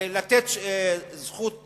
לתת זכות